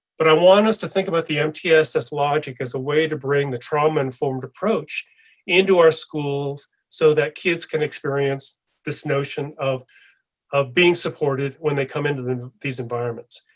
but i want and us to think about the mtss logic as a way to bring the trauma informed approach into our schools so that kids can experience this notion of of being supported when they come into these environments.